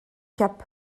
cap